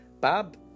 Bob